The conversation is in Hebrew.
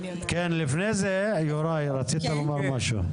כן, לפני זה יוראי רצית לומר משהו.